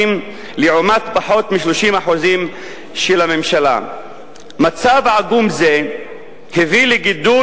ושל ירידה בחלקה של הממשלה, ואני אתן כמה דוגמאות.